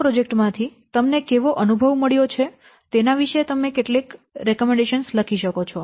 આ પ્રોજેક્ટ માંથી તમને કેવો અનુભવ મળ્યો છે તેના વિશે તમે કેટલીક ભલામણો લખી શકો છો